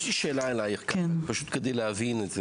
יש לי שאלה אליך, פשוט כדי להבין את זה.